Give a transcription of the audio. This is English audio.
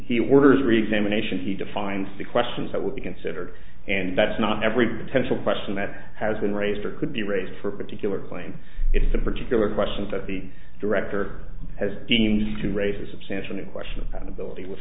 he orders reexamination he defines the questions that would be considered and that's not every potential question that has been raised or could be raised for particular claim if the particular question that the director has deemed to raise a substantially question of credibility with